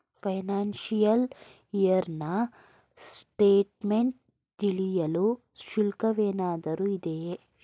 Financial year ನ statement ತಿಳಿಯಲು ಶುಲ್ಕವೇನಾದರೂ ಇದೆಯೇ?